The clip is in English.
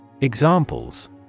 Examples